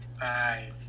bye